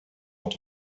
und